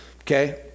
Okay